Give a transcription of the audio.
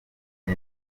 nke